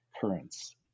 currents